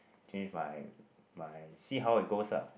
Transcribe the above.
change my my see how it goes lah